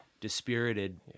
dispirited